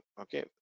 okay